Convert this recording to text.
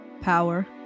Power